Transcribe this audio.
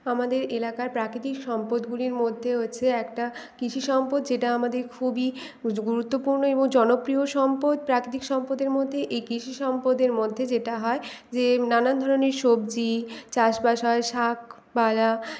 আমাদের এলাকার প্রাকৃতিক সম্পদগুলির মধ্যে হচ্ছে একটা কৃষি সম্পদ যেটা আমাদের খুবই গুরুত্বপূর্ণ এবং জনপ্রিয় সম্পদ প্রাকৃতিক সম্পদের মধ্যে এই কৃষি সম্পদের মধ্যে যেটা হয় যে নানান ধরণের সবজি চাষবাস হয় শাকপালা